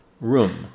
room